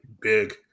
big